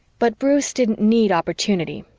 but bruce didn't need opportunity,